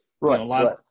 Right